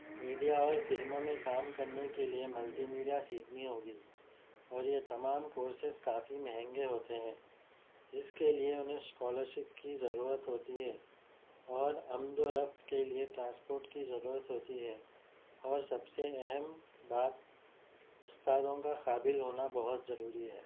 media اور فلموں میں کام کرنے کے لیے ملٹی میڈیا سیکھنی ہوگی اور یہ تمام کورسیز کافی مہنگے ہوتے ہیں جس کے لیے انہیں اسکالرشپ کی ضرورت ہوتی ہے اور آمد و رفت کے لیے ٹرانسپورٹ کی ضرورت ہوتی ہے اور سب سے اہم بات استادوں کا قابل ہونا بہت ضروری ہے